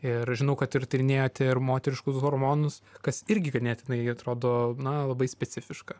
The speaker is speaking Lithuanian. ir žinau kad ir tyrinėjote ir moteriškus hormonus kas irgi ganėtinai atrodo na labai specifiška